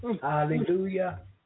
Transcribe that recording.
Hallelujah